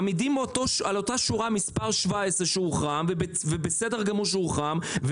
מעמידים על אותה שורה מספר 17 שהוחרם ובסדר שהוא הוחרם.